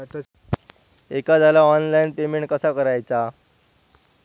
एखाद्याला online payment कसा करायचा?